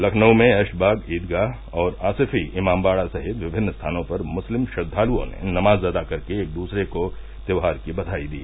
लखनऊ में ऐशबाग ईदगाह और आसिफी इमामबाड़ा सहित विमिन्न स्थानों पर मुस्लिम श्रद्वालुओं ने नमाज अदा कर के एक दूसरे को त्यौहार की बाघाई दी